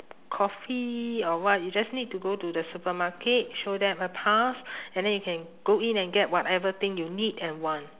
coffee or what you just need to go to the supermarket show them a pass and then you can go in and get whatever thing you need and want